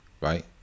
right